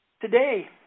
Today